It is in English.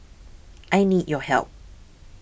I need your help